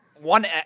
one